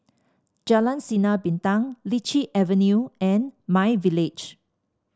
Jalan Sinar Bintang Lichi Avenue and my Village